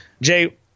jay